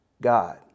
God